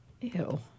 Ew